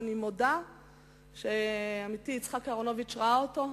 ואני מודה שעמיתי יצחק אהרונוביץ ראה אותו,